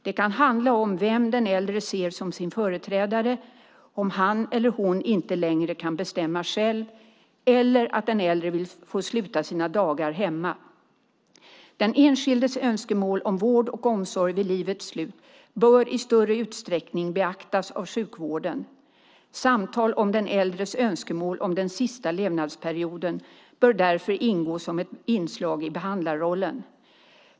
Det kan handla om vem den äldre ser som sin företrädare om han eller hon inte längre kan bestämma själv eller att den äldre vill få sluta sina dagar hemma. Den enskildes önskemål om vård och omsorg vid livets slut bör i större utsträckning beaktas av sjukvården. Samtal om den äldres önskemål om den sista levnadsperioden bör därför ingå som ett inslag i behandlarrollen.